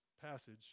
passage